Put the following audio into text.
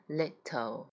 little